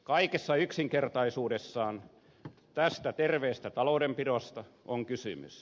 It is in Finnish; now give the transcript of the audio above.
kaikessa yksinkertaisuudessaan tästä terveessä taloudenpidossa on kysymys